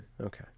Okay